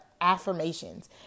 affirmations